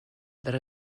let